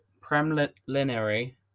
preliminary